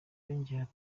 yongeyeho